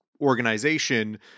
organization